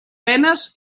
penes